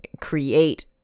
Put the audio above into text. create